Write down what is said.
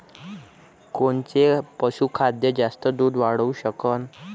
कोनचं पशुखाद्य जास्त दुध वाढवू शकन?